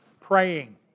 praying